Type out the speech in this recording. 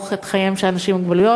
לאין-ערוך את חייהם של אנשים עם מוגבלויות.